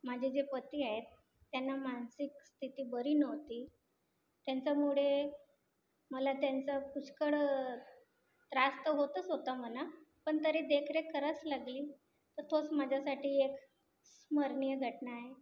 माझे जे पती आहेत त्यांना मानसिक स्थिती बरी नव्हती त्यांच्यामुळे मला त्यांचा पुष्कळ त्रास तर होतच होता म्हणा पण तरी देखरेख करावच लागली तर तोच माझ्यासाठी एक स्मरणीय घटना आहे